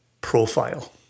profile